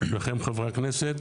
לכם חברי הכנסת,